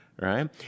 right